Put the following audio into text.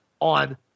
on